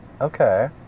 Okay